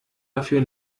dafür